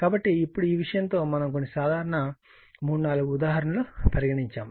కాబట్టి ఇప్పుడు ఈ విషయంతో మనము కొన్ని సాధారణ మూడు నాలుగు సాధారణ ఉదాహరణలు పరిగణించుదాము